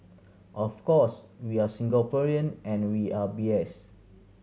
of course we are Singaporean and we are